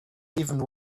even